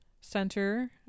center